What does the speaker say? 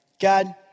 God